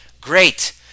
Great